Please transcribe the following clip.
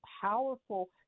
powerful